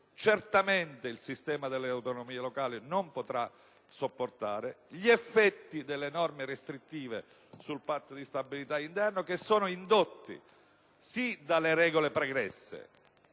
certamente il sistema delle autonomie locali non potrà sopportarla. Gli effetti delle norme restrittive sul Patto di stabilità interno, che sono certamente indotti anche dalle regole pregresse